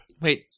Wait